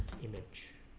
image